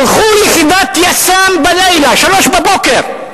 שלחו יחידת יס"מ בלילה, שלוש בבוקר,